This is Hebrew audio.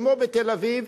כמו בתל-אביב.